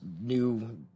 new